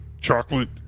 chocolate